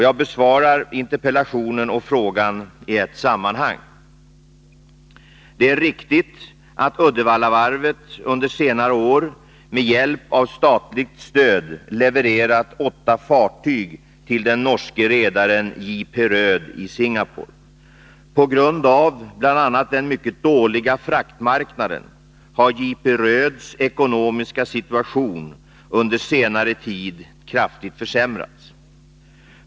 Jag besvarar interpellationen och frågan i ett sammanhang. Det är riktigt att Uddevallavarvet under senare år med hjälp av statligt stöd levererat åtta fartyg till den norske redaren J.P. Röed i Singapore. På grund av bl.a. den mycket dåliga fraktmarknaden har J.P. Röeds ekonomiska situation under senare tid kraftigt försämrats.